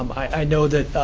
um i know that